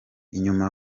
inyuma